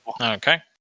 Okay